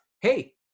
Hey